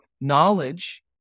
knowledge